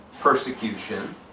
persecution